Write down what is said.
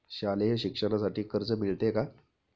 शालेय शिक्षणासाठी कर्ज मिळते का?